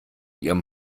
ihrem